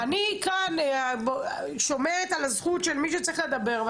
אני כאן שומרת על הזכות של מי שצריך לדבר,